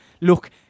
look